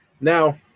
Now